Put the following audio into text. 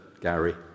Gary